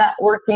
networking